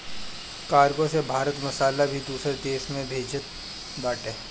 cargo से भारत मसाला भी दूसरा देस में भेजत बाटे